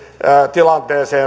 tilanteeseen